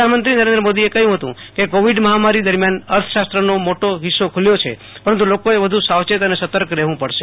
પ્રધાનમંત્રી નરેન્દ્ર મોદીએ કહ્યું હતું કે કોવિડ મહામારી દરમિયાન અર્થશાસ્ત્રનો મોટી હિસ્સો ખુલ્યો છે પરંતુ લોકોએ વધુ સાવચેત અને સતર્ક રહેવું પડશે